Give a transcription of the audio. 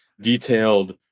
detailed